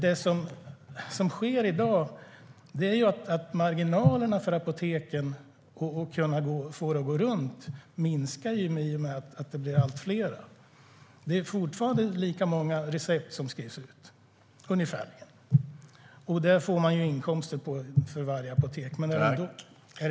Det som sker i dag är att marginalerna för apoteken att få det att gå runt minskar i och med att de blir allt fler. Det är fortfarande ungefär lika många recept som skrivs ut, och de får varje apotek inkomster från.